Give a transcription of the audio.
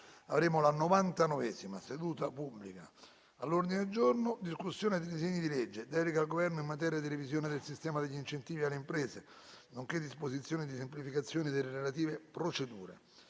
con il seguente ordine del giorno: I. Discussione dei disegni di legge: Delega al Governo in materia di revisione del sistema degli incentivi alle imprese, nonché disposizioni di semplificazione delle relative procedure